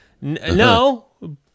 no